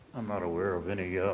i'm not aware of any